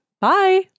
Bye